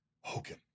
Hogan